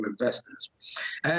investors